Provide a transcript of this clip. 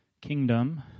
kingdom